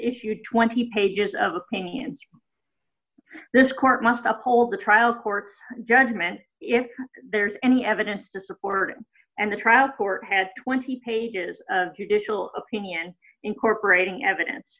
issued twenty pages of opinion to this court must uphold the trial court's judgment if there's any evidence to support it and the trial court has twenty pages of judicial opinion incorporating evidence